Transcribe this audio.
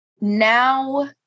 now